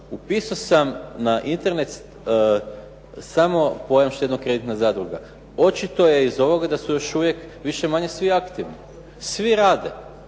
upisao sam na Internet samo pojam štedno-kreditna zadruga, očito je iz ovoga da su još uvijek više-manje svi aktivni. Svi rade,